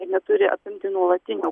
ir neturi apimti nuolatinio